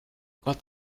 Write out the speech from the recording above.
gott